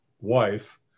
wife